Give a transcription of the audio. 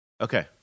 Okay